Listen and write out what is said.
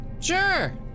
Sure